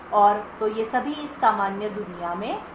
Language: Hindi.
और तो ये सभी इस सामान्य दुनिया में चलते हैं